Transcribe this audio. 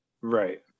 Right